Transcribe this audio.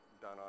done